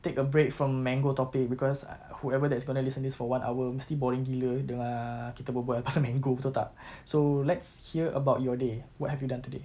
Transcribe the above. take a break from mango topic because uh whoever that is going to listen this for one hour mesti boring gila dengar kita berbual pasal mango betul tak so let's hear about your day what have you done today